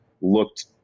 looked